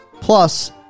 Plus